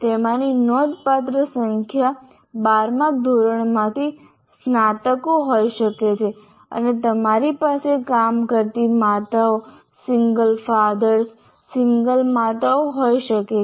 તેમાંની નોંધપાત્ર સંખ્યા બારમા ધોરણમાંથી સ્નાતકો હોઈ શકે છે અને તમારી પાસે કામ કરતી માતાઓ સિંગલ ફાધર્સ સિંગલ માતાઓ હોઈ શકે છે